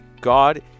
God